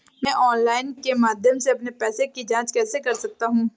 मैं ऑनलाइन के माध्यम से अपने पैसे की जाँच कैसे कर सकता हूँ?